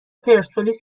پرسپولیس